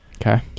Okay